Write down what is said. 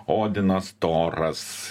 odinas toras